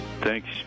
Thanks